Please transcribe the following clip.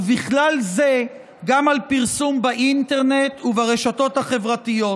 ובכלל זה גם על פרסום באינטרנט וברשתות החברתיות.